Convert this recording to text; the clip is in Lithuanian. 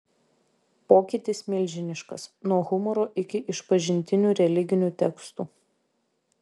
pokytis milžiniškas nuo humoro iki išpažintinių religinių tekstų